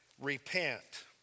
repent